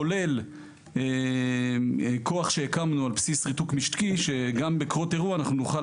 כולל כוח שהקמנו על בסיס ריתוק משקי שגם בקרות אירוע נוכל